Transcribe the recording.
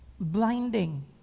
blinding